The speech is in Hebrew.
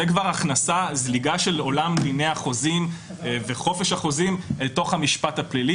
זה כבר זליגה של עולם דיני החוזים וחופש החוזים אל תוך המשפט הפלילי.